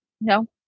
No